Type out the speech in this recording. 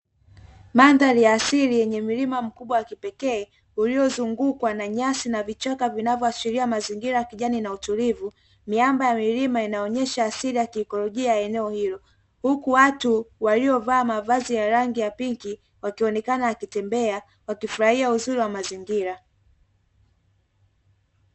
Mandhari asili yenye mlima mkubwa wa kipekee uliozungukwa na nyasi na vichaka vinavyoashiria mazingira ya kijani na utulivu miamba ya milima inaonyesha asili ya kiikolojia eneo hilo huku watu waliovaa mavazi ya rangi ya pinki wakionekana wakitembea wakifurahia uzuri wa mazingira.